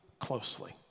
closely